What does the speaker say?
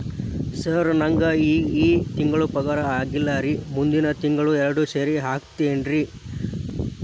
sir ನಂಗ ಈ ತಿಂಗಳು ಪಗಾರ ಆಗಿಲ್ಲಾರಿ ಮುಂದಿನ ತಿಂಗಳು ಎರಡು ಸೇರಿ ಹಾಕತೇನ್ರಿ